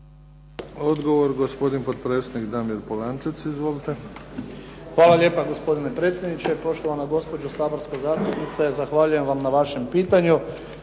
Odgovor gospodin potpredsjednik Damir Polančec. Izvolite. **Polančec, Damir (HDZ)** Hvala lijepa. Gospodine predsjedniče. Poštovana gospođo saborska zastupnice, zahvaljujem vam na vašem pitanju.